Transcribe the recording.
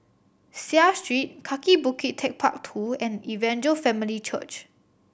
Seah Street Kaki Bukit Techpark Two and Evangel Family Church